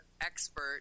expert